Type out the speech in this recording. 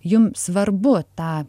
jum svarbu tą